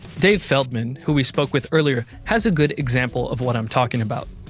dave feldman who we spoke with earlier has a good example of what i'm talking about